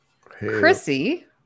Chrissy